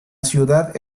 ciudad